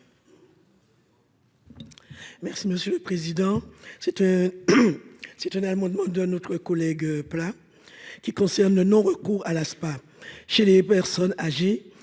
Merci monsieur le président, c'est un c'est un amendement de notre collègue plat qui concerne le non-recours à ASPA chez les personnes âgées